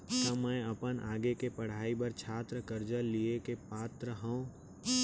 का मै अपन आगे के पढ़ाई बर छात्र कर्जा लिहे के पात्र हव?